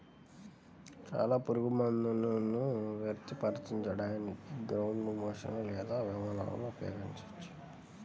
చాలా పురుగుమందులను వర్తింపజేయడానికి గ్రౌండ్ మెషీన్లు లేదా విమానాలను ఉపయోగించవచ్చు